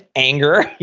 anger.